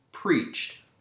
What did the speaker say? preached